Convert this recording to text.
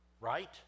right